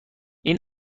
این